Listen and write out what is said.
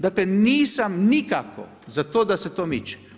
Dakle, nisam nikako za to da se to miče.